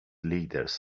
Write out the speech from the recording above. leaders